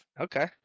Okay